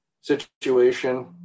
situation